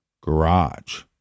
garage